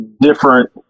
Different